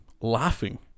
laughing